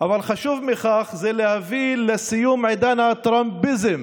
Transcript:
אבל חשוב מזה להביא לסיום עידן הטראמפיזם